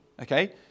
okay